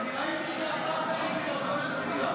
אני ראיתי שהשר בן גביר עוד לא הצביע.